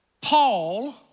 Paul